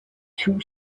two